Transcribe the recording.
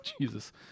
Jesus